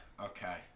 okay